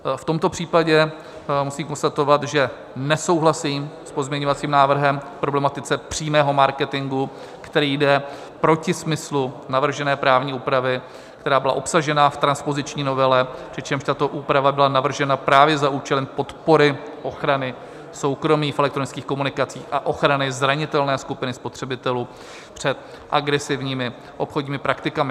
V tomto případě musím konstatovat, že nesouhlasím s pozměňovacím návrhem k problematice přímého marketingu, který jde proti smyslu navržené právní úpravy, která byla obsažena v transpoziční novele, přičemž tato úprava byla navržena právě za účelem podpory ochrany soukromých elektronických komunikací a ochrany zranitelné skupiny spotřebitelů před agresivními obchodními praktikami.